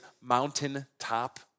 mountaintop